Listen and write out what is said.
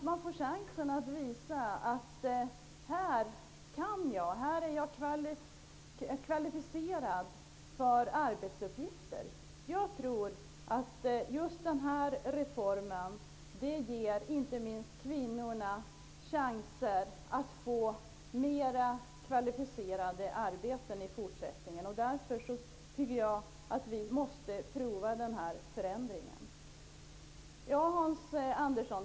De får chansen att visa att de är kvalificerade för arbetsuppgifterna. Jag tror att just den reformen ger inte minst kvinnorna chanser att i fortsättningen få mer kvalificerade arbeten. Därför tycker jag att vi måste pröva den förändringen. Hans Andersson!